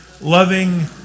Loving